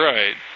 Right